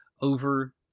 over